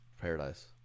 paradise